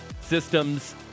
Systems